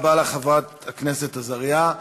תודה רבה לך, חברת הכנסת עזריה.